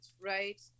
Right